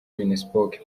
minispoc